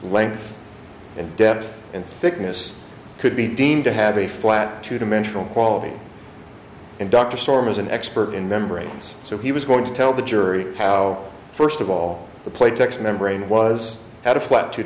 length and depth and thickness could be deemed to have a flat two dimensional quality and dr storm is an expert in membranes so he was going to tell the jury how first of all the playtex membrane was had a flat t